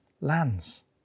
lands